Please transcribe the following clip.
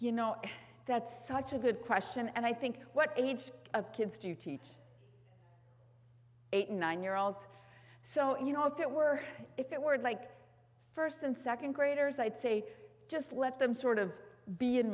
you know that's such a good question and i think what age of kids to teach eight and nine year olds so you know if it were if it were like first and second graders i'd say just let them sort of being